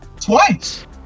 Twice